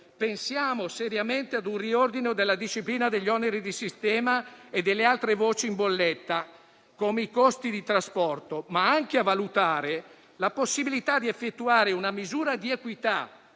pensiamo seriamente a un riordino della disciplina degli oneri di sistema e delle altre voci in bolletta, come i costi di trasporto; nonché a valutare la possibilità di effettuare una misura di equità,